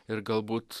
ir galbūt